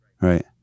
Right